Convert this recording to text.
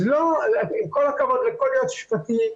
אז עם כל הכבוד לכל יועץ משפטי,